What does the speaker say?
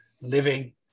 living